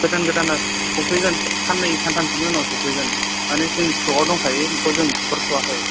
गोदान गोदाना सौफैगोन साननै सान्थामसोनि उनाव सौफैगोन मानि जों स्टकआव दंखायो बिखौ जों बिहरथ'आखै